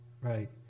Right